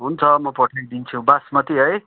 हुन्छ म पठाइदिन्छु बासमति है